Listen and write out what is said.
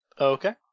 Okay